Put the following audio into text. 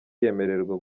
yemererwa